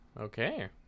okay